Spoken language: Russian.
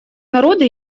народа